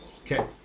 Okay